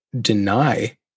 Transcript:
deny